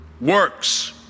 works